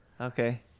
Okay